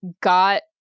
got